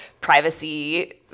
privacy